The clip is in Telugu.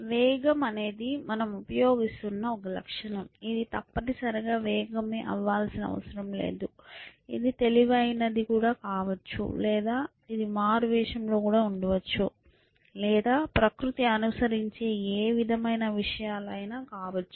వేగం అనేది మనం ఉపయోగిస్తున్న ఒక లక్షణం ఇది తప్పనిసరిగా వేగం అవ్వాల్సిన అవసరం లేదు ఇది తెలివైనది కుడా కావచ్చు లేదా ఇది మారువేషంలో కూడా ఉండవచ్చు లేదా ప్రకృతి అనుసరించే ఏ విధమైన విషయాలు అయినా కావచ్చు